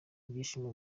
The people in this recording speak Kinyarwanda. ibyishimo